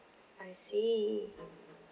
I see